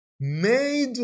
made